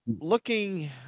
Looking